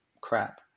crap